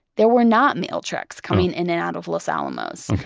there were not mail trucks coming in and out of los alamos.